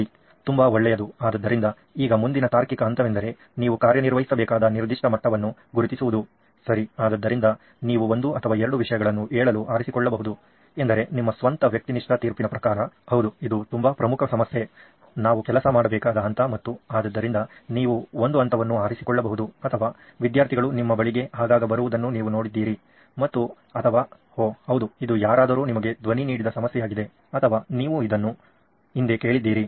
ಸರಿ ತುಂಬಾ ಒಳ್ಳೆಯದು ಆದ್ದರಿಂದ ಈಗ ಮುಂದಿನ ತಾರ್ಕಿಕ ಹಂತವೆಂದರೆ ನೀವು ಕಾರ್ಯನಿರ್ವಹಿಸಬೇಕಾದ ನಿರ್ದಿಷ್ಟ ಮಟ್ಟವನ್ನು ಗುರುತಿಸುವುದು ಸರಿ ಆದ್ದರಿಂದ ನೀವು ಒಂದು ಅಥವಾ ಎರಡು ವಿಷಯಗಳನ್ನು ಹೇಳಲು ಆರಿಸಿಕೊಳ್ಳಬಹುದು ಎಂದರೆ ನಿಮ್ಮ ಸ್ವಂತ ವ್ಯಕ್ತಿನಿಷ್ಠ ತೀರ್ಪಿನ ಪ್ರಕಾರ ಹೌದು ಇದು ತುಂಬಾ ಪ್ರಮುಖ ಸಮಸ್ಯೆ ನಾವು ಕೆಲಸ ಮಾಡಬೇಕಾದ ಹಂತ ಮತ್ತು ಆದ್ದರಿಂದ ನೀವು ಒಂದು ಹಂತವನ್ನು ಆರಿಸಿಕೊಳ್ಳಬಹುದು ಅಥವಾ ವಿದ್ಯಾರ್ಥಿಗಳು ನಿಮ್ಮ ಬಳಿಗೆ ಆಗಾಗ್ಗೆ ಬರುವುದನ್ನು ನೀವು ನೋಡಿದ್ದೀರಿ ಮತ್ತು ಅಥವಾ ಓಹ್ ಹೌದು ಇದು ಯಾರಾದರೂ ನಿಮಗೆ ಧ್ವನಿ ನೀಡಿದ ಸಮಸ್ಯೆಯಾಗಿದೆ ಅಥವಾ ನೀವು ಇದನ್ನು ಹಿಂದೆ ಕೇಳಿದ್ದೀರಿ